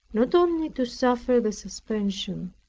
not only to suffer the suspension,